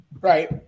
Right